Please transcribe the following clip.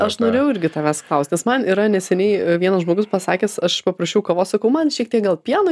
aš norėjau irgi tavęs klaust nes man yra neseniai vienas žmogus pasakęs aš paprašiau kavos sakau man šiek tiek gal pieno